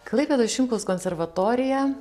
klaipėdos šimkaus konservatorija